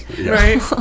right